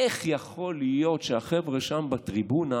איך יכול להיות שהחבר'ה שם בטריבונה